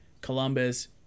Columbus